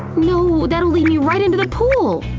no! that'll lead me right into the pool!